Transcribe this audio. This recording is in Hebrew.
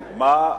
מה,